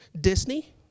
Disney